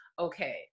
okay